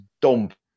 dump